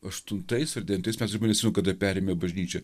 aštuntais ar devintais metais aš dabar neatsimenu kada perėmė bažnyčią